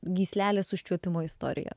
gyslelės užčiuopimo istorija